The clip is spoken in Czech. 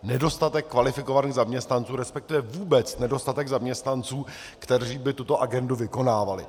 Nedostatek kvalifikovaných zaměstnanců, resp. vůbec nedostatek zaměstnanců, kteří by tuto agendu vykonávali.